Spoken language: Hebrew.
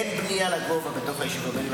אין בנייה לגובה בתוך היישובים האלה.